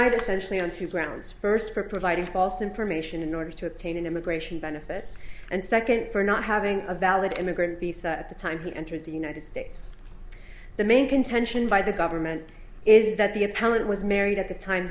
socially on two grounds first for providing false information in order to obtain an immigration benefit and second for not having a valid immigrant piece at the time he entered the united states the main contention by the government is that the appellant was married at the time